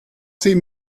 sie